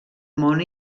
món